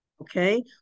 Okay